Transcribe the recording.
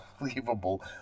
unbelievable